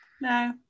no